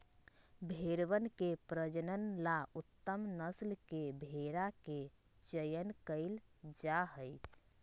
भेंड़वन के प्रजनन ला उत्तम नस्ल के भेंड़ा के चयन कइल जाहई